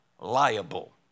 liable